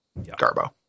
garbo